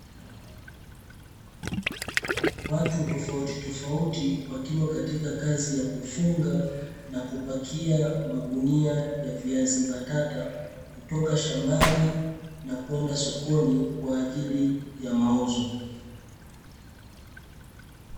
Watu tofautitofauti wakiwa katika kazi ya kufunga na kupakia magunia ya viazi mbatata kutoka shambani na kwenda sokoni kwa ajili ya mauzo.